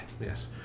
Yes